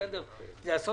חוק ועדות חקירה